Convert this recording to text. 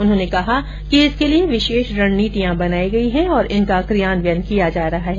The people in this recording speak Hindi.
उन्होंने कहा कि इसके लिए विशेष रणनीतियां बनाई गयी हैं और इनका क्रियान्वयन किया जा रहा है